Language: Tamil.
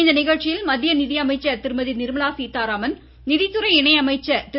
இந்நிகழ்ச்சியில் மத்திய நிதியமைச்சர் திருமதி நிர்மலா சீதாராமன் நிதித்துறை இணை அமைச்சர் திரு